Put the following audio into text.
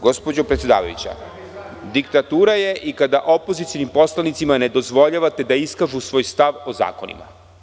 Gospođo predsedavajuća, diktatura je i kada opozicionim poslanicima ne dozvoljavate da iskažu svoj stav o zakonima.